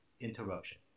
interruption